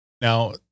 Now